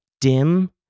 dim